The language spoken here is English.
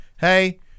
hey